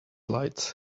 lights